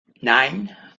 nine